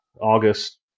August